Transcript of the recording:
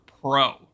Pro